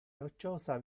rocciosa